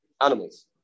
animals